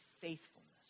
faithfulness